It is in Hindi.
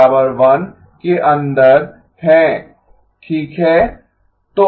1 के अंदर हैं ठीक है